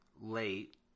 late